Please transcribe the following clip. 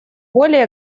более